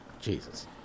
Jesus